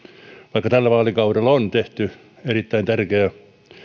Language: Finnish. vaikka tällä vaalikaudella on tehty erittäin tärkeä